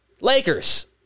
Lakers